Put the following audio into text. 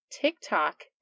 TikTok